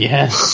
Yes